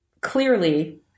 clearly